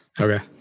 Okay